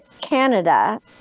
Canada